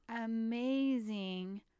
amazing